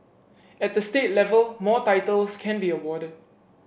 at the state level more titles can be awarded